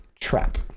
trap